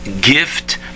gift